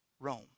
Rome